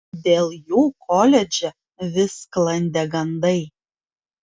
dėl jų koledže vis sklandė gandai